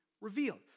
revealed